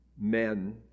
men